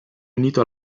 unito